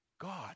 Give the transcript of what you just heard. God